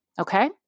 Okay